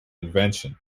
invention